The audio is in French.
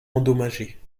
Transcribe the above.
endommagés